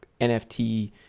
nft